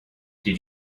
did